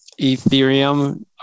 Ethereum